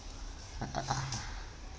uh uh uh